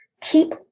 Keep